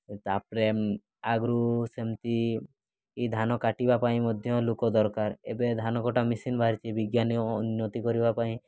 ତା'ପରେ ଆଗରୁ ସେମିତି ଧାନ କାଟିବା ପାଇଁ ମଧ୍ୟ ଲୋକ ଦରକାର ଏବେ ଧାନ କଟା ମେସିନ୍ ବାହାରିଛି ବିଜ୍ଞାନ ଉନ୍ନତି କରିବା ପାଇଁ